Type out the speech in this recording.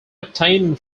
obtained